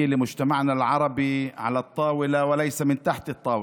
של החברה הערבית מעל השולחן ולא מתחת לשולחן.